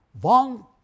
One